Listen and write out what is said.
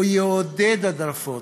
הוא יעודד הדלפות,